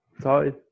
sorry